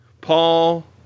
Paul